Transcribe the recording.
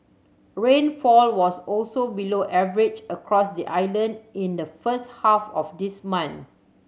rainfall was also below average across the island in the first half of this month